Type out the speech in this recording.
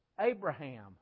Abraham